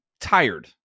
tired